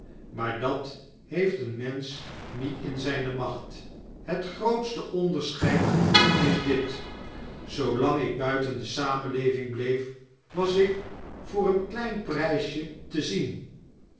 maar dat heeft een mensch niet in zynemacht het grootste onderscheid is dit zoolang ik buiten de samenleving bleef was ik voor een klein prysje te zien